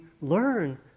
learn